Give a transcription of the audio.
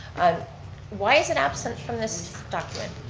why is it absent from this document?